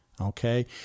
Okay